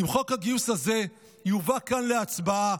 אם חוק הגיוס הזה יובא כאן להצבעה,